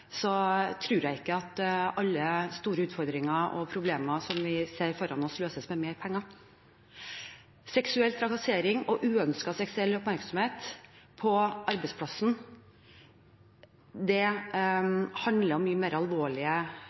tror jeg ikke alle store utfordringer og problemer som vi ser foran oss, løses med mer penger. Seksuell trakassering og uønsket seksuell oppmerksom på arbeidsplassen handler om mye mer alvorlige